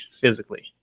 physically